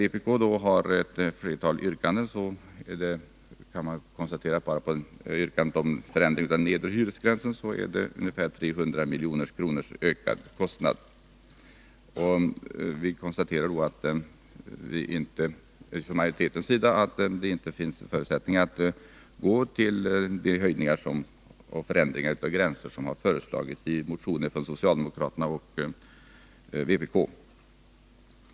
Vpk har ett flertal yrkanden — bara yrkandet om en förändring av den nedre hyresgränsen leder till en ökad kostnad på 300 miljoner. Enligt majoritetens uppfattning finns det inte förutsättningar för att göra de höjningar och de förändringar av gränser som föreslagits i motioner från socialdemokraterna och vpk.